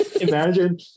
Imagine